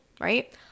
right